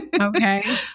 Okay